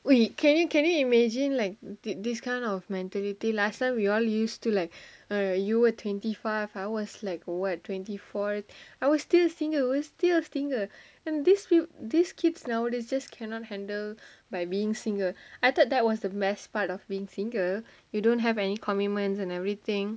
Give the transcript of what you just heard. wait can you can you imagine like thi~ this kind of mentality last time we all used to like are you a twenty five I was like what twenty four I was still single we were still single and these kids nowadays just cannot handle by being single I thought that was the best part of being single you don't have any commitments and everything